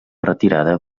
retirada